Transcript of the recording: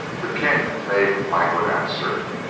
the king made languid answer.